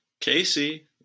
Casey